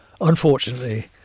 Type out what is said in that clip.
unfortunately